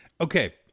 okay